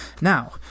Now